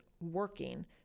working